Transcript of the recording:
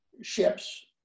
ships